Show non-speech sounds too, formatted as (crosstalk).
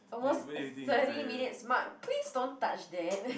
almost thirty minutes mark please don't touch that (breath)